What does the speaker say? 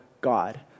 God